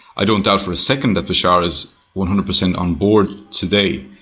i don't doubt for a second that bashar is one hundred percent on board today,